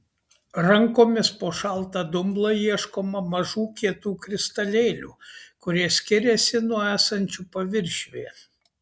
rankomis po šaltą dumblą ieškoma mažų kietų kristalėlių kurie skiriasi nuo esančių paviršiuje